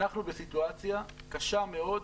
אנחנו בסיטואציה קשה מאוד,